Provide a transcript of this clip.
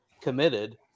committed